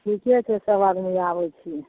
ठीके छै सब आदमी आबै छियै